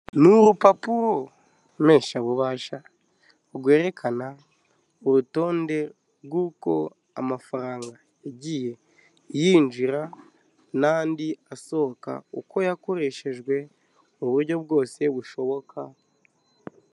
Ni urupapuro mpeshabubasha, rwerekana urutonde rw'uko amafaranga yagiye yinjira, n'andi asohoka uko yakoreshejwe, mu buryo bwose bushoboka.